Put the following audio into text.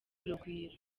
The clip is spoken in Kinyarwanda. urugwiro